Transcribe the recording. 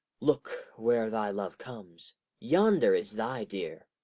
look where thy love comes yonder is thy dear.